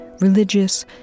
religious